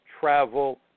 travel